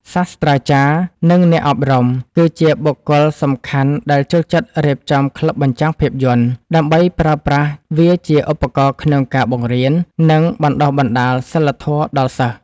សាស្ត្រាចារ្យ និងអ្នកអប់រំ គឺជាបុគ្គលសំខាន់ដែលចូលចិត្តរៀបចំក្លឹបបញ្ចាំងភាពយន្ត ដើម្បីប្រើប្រាស់វាជាឧបករណ៍ក្នុងការបង្រៀន និងបណ្ដុះបណ្ដាលសីលធម៌ដល់សិស្ស។